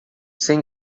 sem